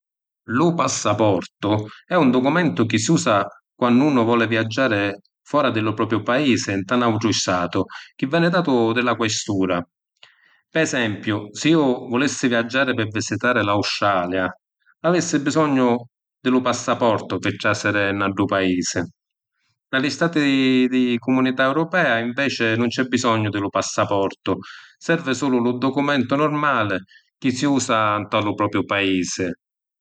Lu passaportu è un documentu chi si usa quannu unu voli viaggiari fôra di lu propriu paisi nta n’autru statu chi veni datu di la questura. Pi esempiu si’ iu vulissi viaggiari pi visitari l’Australia, avissi bisognu di lu passaportu pi trasiri nta ddu paisi. Nta li stati di cumunità europea inveci nun c’è bisognu di lu passaportu, servi sulu lu documentu normali chi si usa nta lu propiu paisi.